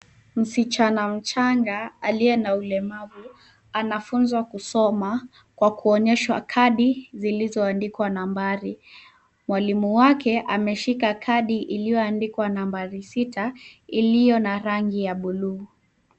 Msichana mchanga aliye na ulemavu. Anafunzwa kusoma kwa kuonyeshwa kadi zilizoandikwa nambari. Mwalimu wake ameshika kadi iliyoandikwa nambari sita, iliyo na rangi ya bluu.